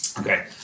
Okay